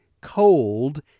cold